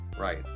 right